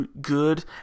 good